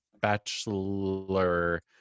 bachelor